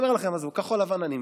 עזבו, כחול לבן אני מבין,